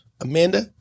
Amanda